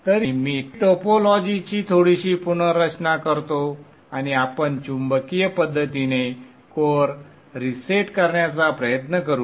तर मी टोपोलॉजीची थोडीशी पुनर्रचना करतो आणि आपण चुंबकीय पद्धतीने कोअर रीसेट करण्याचा प्रयत्न करू